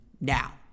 now